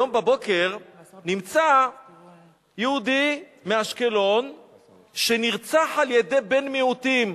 היום בבוקר נמצא יהודי מאשקלון שנרצח על-ידי בן-מיעוטים.